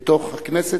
בתוך הכנסת.